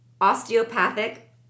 osteopathic